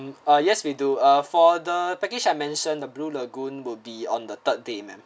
ah yes we do ah for the package I mention the blue lagoon will be on the third day ma'am